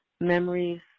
memories